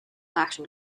action